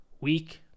week